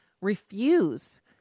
refuse